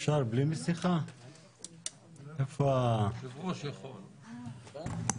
אני מבין שזו ועדה חשובה לכל אזרחי